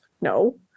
no